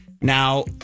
now